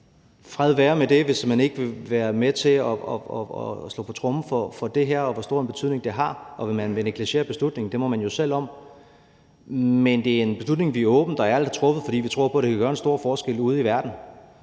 fred være med det, hvis man ikke vil være med til at slå på tromme for det her og for, hvor stor betydning det har. Og hvis man vil negligere beslutningen, må man jo selv om det. Men det er en beslutning, som vi åbent og ærligt har truffet, fordi vi tror, det kan gøre en stor forskel ude i verden.